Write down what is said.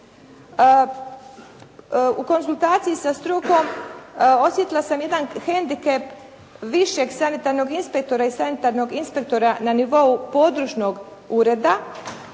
U konzultaciji sa strukom osjetila sam jedan hendikep višeg sanitarnog inspektora i sanitarnog inspektora na nivou područnog ureda